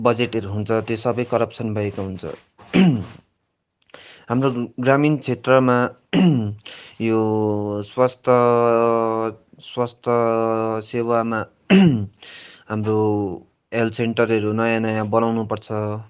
बजेटहरू हुन्छ त्यो सबै करप्सन भएको हुन्छ हाम्रो ग्रामीण क्षेत्रमा यो स्वस्थ स्वस्थ सेवामा हाम्रो हेल्थ सेन्टरहरू नयाँ नयाँ बनाउँनु पर्छ